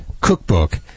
cookbook